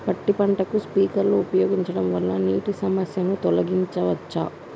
పత్తి పంటకు స్ప్రింక్లర్లు ఉపయోగించడం వల్ల నీటి సమస్యను తొలగించవచ్చా?